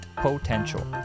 potential